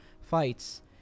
fights